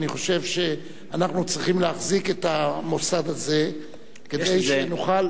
אני חושב שאנחנו צריכים להחזיק את המוסד הזה כדי שנוכל,